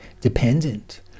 dependent